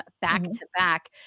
back-to-back